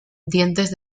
dientes